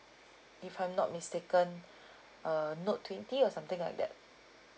if I'm not mistaken uh note twenty or something like that